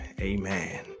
Amen